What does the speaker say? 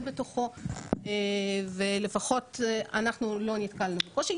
בתוכה ולפחות אנחנו לא נתקלנו בקושי.